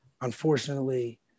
unfortunately